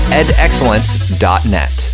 edexcellence.net